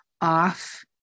off